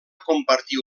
compartir